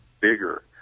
bigger